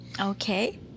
okay